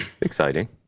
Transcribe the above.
exciting